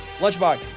Lunchbox